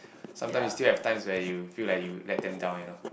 sometime you still have times where you feel like you let them down you know